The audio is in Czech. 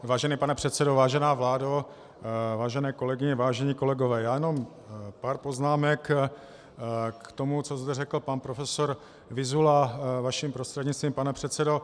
Vážený pane předsedo, vážená vládo, vážené kolegyně, vážení kolegové, já jenom pár poznámek k tomu, co zde řekl pan profesor Vyzula, vaším prostřednictvím, pane předsedo.